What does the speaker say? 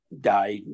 died